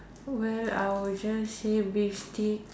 where I will just say beef steak